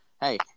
hey